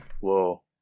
Whoa